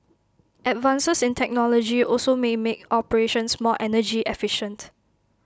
advances in technology also may make operations more energy efficient